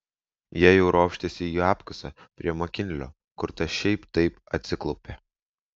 jie jau ropštėsi į apkasą prie makinlio kur tas šiaip taip atsiklaupė